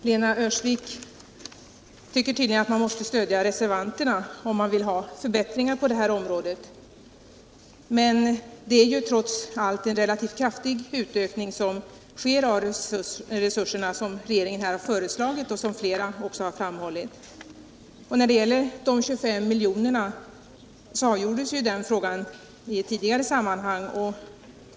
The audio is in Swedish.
Herr talman! Lena Öhrsvik tycker tydligen att man måste stödja reservanterna, om man vill ha förbättringar på det här området. Men det är trots allt en relativt kraftig utökning av resurserna som regeringen här har föreslagit och som flera talare också framhållit. När det gäller de 25 miljonerna avgjordes den frågan i ett tidigare sammanhang.